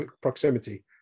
proximity